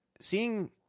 Seeing